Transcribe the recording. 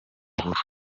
uhuru